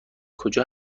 کجا